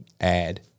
add